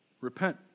Repent